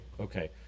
okay